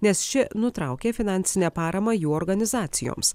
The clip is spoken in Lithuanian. nes ši nutraukė finansinę paramą jų organizacijoms